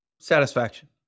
Satisfaction